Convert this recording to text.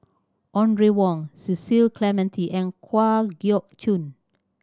Audrey Wong Cecil Clementi and Kwa Geok Choo